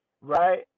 right